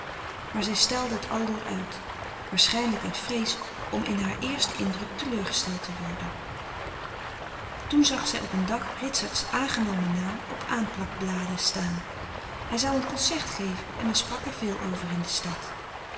maar zij stelde t aldoor uit waarschijnlijk uit vrees om in haar eersten indruk teleurgesteld te worden toen zag zij op een dag ritserts aangenomen naam op aanplak bladen staan hij zou een concert geven en men sprak er veel over in de stad